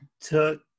took